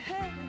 hey